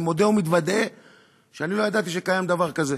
אני מודה ומתוודה שאני לא ידעתי שקיים דבר כזה.